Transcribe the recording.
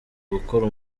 gukora